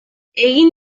egin